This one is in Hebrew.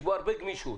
יש בו הרבה גמישות.